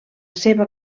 seva